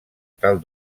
tal